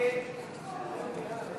ההסתייגויות לסעיף 41, רשות ממשלתית